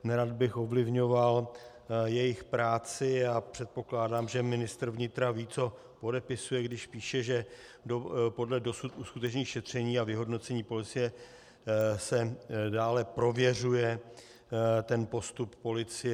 Nerad bych ovlivňoval jejich práci a předpokládám, že ministr vnitra ví, co podepisuje, když píše, že podle dosud uskutečněných šetření a vyhodnocení policie se dále prověřuje postup policie.